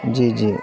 جی جی